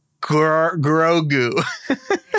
Grogu